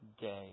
day